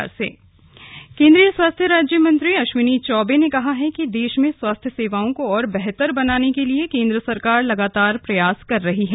स्वास्थ्य सेवांए केंद्रीय स्वास्थ्य राज्य मंत्री अश्वनी चौबे ने कहा है कि देश में स्वास्थ्य सेवाओं को और बेहतर बनाने के लिए केंद्र सरकार लगातार प्रयास कर रही है